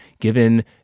given